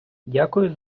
дякую